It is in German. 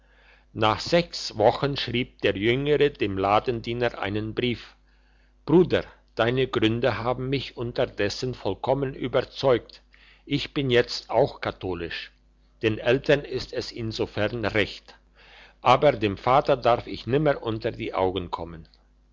nach sechs wochen schreibt der jüngere dem ladendiener einen brief bruder deine gründe haben mich unterdessen vollkommen überzeugt ich bin jetzt auch katholisch den eltern ist es insofern recht aber dem vater darf ich nimmer unter die augen kommen